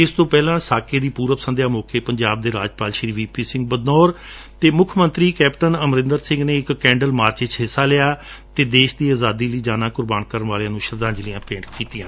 ਇਸ ਤੋਂ ਪਹਿਲਾਂ ਸਾਕੇ ਦੀ ਪੁਰਬ ਸੰਧਿਆ ਮੌਕੇ ਪੰਜਾਬ ਦੇ ਰਾਜਪਾਲ ਵੀ ਪੀ ਸਿੰਘ ਬਦਨੌਰ ਅਤੇ ਮੁੱਖ ਮੰਤਰੀ ਕੈਪਟਨ ਅਮਰਿੰਦਰ ਸਿੰਘ ਨੇ ਇਕ ਕੈਂਡਲ ਮਾਰਚ ਵਿਚ ਹਿੱਸਾ ਲਿਆ ਅਤੇ ਦੇਸ਼ ਦੀ ਅਜ਼ਾਦੀ ਲਈ ਜਾਨਾ ਕੁਰਬਾਨ ਕਰਨ ਵਾਲਿਆਂ ਨੂੰ ਸ਼ਰਧਾਜਲੀਆਂ ਭੇਂਟ ਕੀਡੀਆਂ